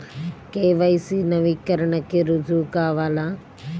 KYC నవీకరణకి రుజువు కావాలా?